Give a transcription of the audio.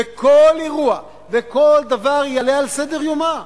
וכל אירוע וכל דבר יעלה על סדר-יומה.